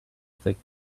thick